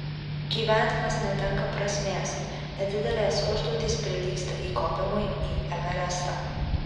gyvenimas netenka prasmės nedidelės užduotys prilygsta įkopimui į everestą